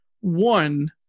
One